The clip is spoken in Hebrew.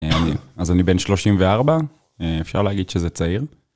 אז אני בן 34, אפשר להגיד שזה צעיר.